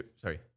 Sorry